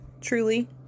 Truly